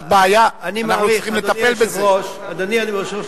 זאת בעיה, אני מעריך, אדוני היושב-ראש,